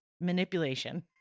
manipulation